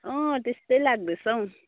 अँ त्यस्तै लाग्दैछ हौ